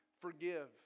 Forgive